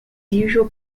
usual